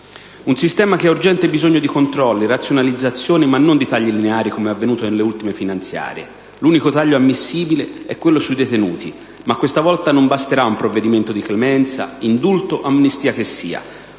un sistema che ha urgente bisogno di controlli, razionalizzazioni, ma non di tagli lineari, come è avvenuto nelle ultime finanziarie. L'unico taglio ammissibile è quello sui detenuti, ma questa volta non basterà un provvedimento di clemenza, indulto o amnistia che sia.